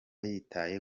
yitaye